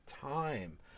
time